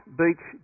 beach